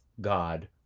God